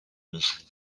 reasons